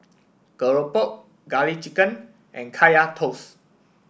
Keropok Garlic Chicken and Kaya Toast